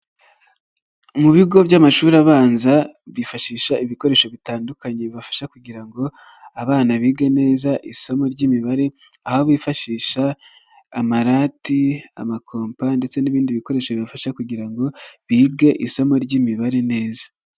Mu bigo by'amashuri abanza byifashisha ibikoresho bitandukanye bibafasha kugira ngo abana bige neza isomo ry'imibare, aho bifashisha amarati, amakompa ndetse n'ibindi bikoresho bibafasha kugira ngo bige isomo ry'imibare neza.